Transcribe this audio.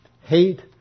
hate